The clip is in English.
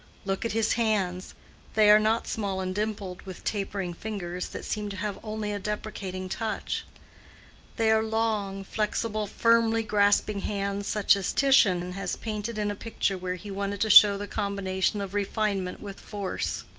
look at his hands they are not small and dimpled, with tapering fingers that seem to have only a deprecating touch they are long, flexible, firmly-grasping hands, such as titian has painted in a picture where he wanted to show the combination of refinement with force.